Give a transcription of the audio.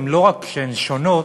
לא רק שהן שונות,